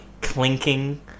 clinking